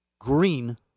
Green